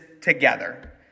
together